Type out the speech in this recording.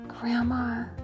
grandma